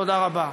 תודה רבה.